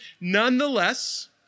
Nonetheless